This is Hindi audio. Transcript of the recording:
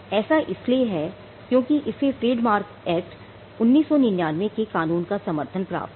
ऐसा इसलिए है क्योंकि इसे ट्रेडमार्क एक्ट 1999 के कानून का समर्थन प्राप्त है